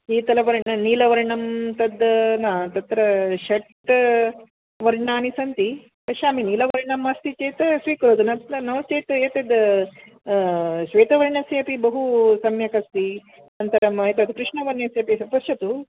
शीतलवर्णं नीलवर्णं तद् न तत्र षट् वर्णानि सन्ति पश्यामि नीलवर्णमस्ति चेत् स्वीकरोतु न चे नो चेत् एतद् श्वेतवर्णस्यापि बहु सम्यक् अस्ति अनन्तरम् एतत् कृष्णवर्णस्यापि पश्यतु